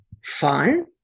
fun